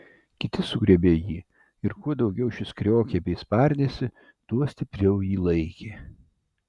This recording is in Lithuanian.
kiti sugriebė jį ir kuo daugiau šis kriokė bei spardėsi tuo stipriau jį laikė